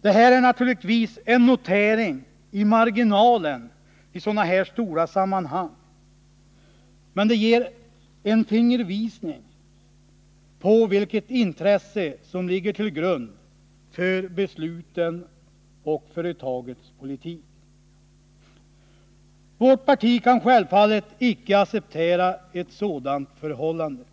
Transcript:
Det här är naturligtvis en notering i marginalen i sådana här stora sammanhang, men det ger en fingervisning om vilket intresse som ligger till grund för besluten och företagets politik. Vårt parti kan självfallet inte acceptera förhållanden